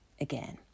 again